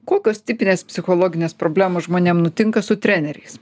kokios tipinės psichologinės problemos žmonėm nutinka su treneriais